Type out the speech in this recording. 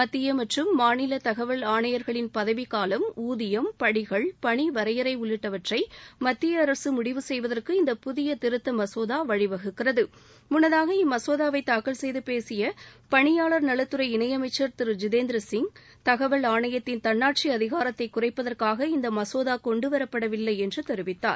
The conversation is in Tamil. மத்திய மற்றும் மாநில தகவல் ஆணையர்களின் பதவி காலம் ஊதியம் படிகள் பனி வளரயறை உள்ளிட்டவற்றை மத்திய அரசு முடிவு செய்தவற்கு இந்த புதிய திருத்த மசோதா வழிவகுக்கிறது முள்ளதாக இம்மசோதாவை தாக்கல் செய்து பேசிய பனியாளர் நவத்துறை இணையமம்சர் திரு ஜிதேந்திர சிய் தகவல் ஆணையத்தின் தன்னாட்சி அதிகாரத்தை குறைப்பதற்காக இந்த மசோதா கொண்டுவரப்படவில்லை என்று தெரிவித்தார்